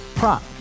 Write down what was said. Prop